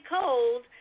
cold